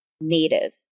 Native